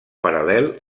paral·lel